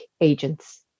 agents